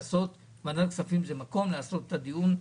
ועדת הכספים זה המקום לעשות את הדיון.